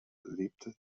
lebte